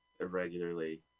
irregularly